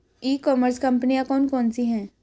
ई commerce कंपनियाँ कौन कौन सी हैं?